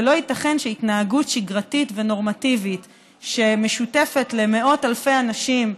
ולא ייתכן שהתנהגות שגרתית ונורמטיבית שמשותפת למאות אלפי אנשים,